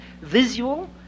visual